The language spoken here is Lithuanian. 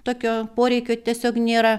tokio poreikio tiesiog nėra